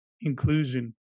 inclusion